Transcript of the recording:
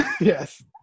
Yes